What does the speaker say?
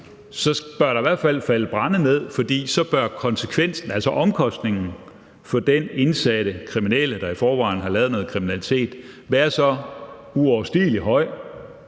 – bør der i hvert fald falde brænde ned, for så bør konsekvensen, altså omkostningen for den indsatte kriminelle, der i forvejen har lavet noget kriminalitet, være så uoverstigelig høj,